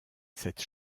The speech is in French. cette